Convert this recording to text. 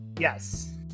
yes